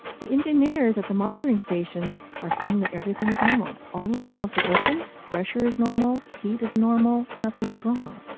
the engineers at the monitoring stations are seeing that everything's normal. all the valves are open, pressure is normal, heat is normal nothing is wrong.